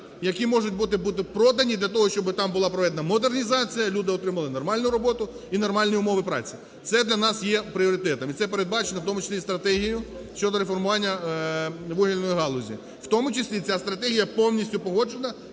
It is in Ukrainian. які можуть бути продані, для того щоб там була проведена модернізація, люди отримали нормальну роботу і нормальні умови праці. Це для нас є пріоритетом, і це передбачено в тому числі і стратегією щодо реформування вугільної галузі. В тому числі ця стратегія повністю погоджена